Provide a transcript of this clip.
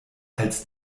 als